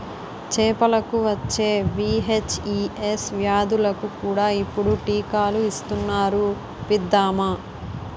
చేపలకు వచ్చే వీ.హెచ్.ఈ.ఎస్ వ్యాధులకు కూడా ఇప్పుడు టీకాలు ఇస్తునారు ఇప్పిద్దామా